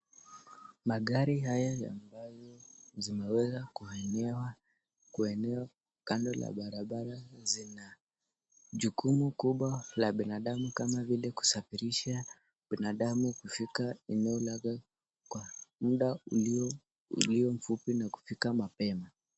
Magari haya ambayo yameengezwa kando ya barabara yana jukumu la kusafirisha watu kutoka sehemu mbalimbali na kuwafikisha wanapoenda mapema.